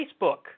Facebook